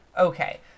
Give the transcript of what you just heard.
okay